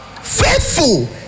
Faithful